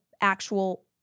actual